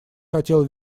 хотел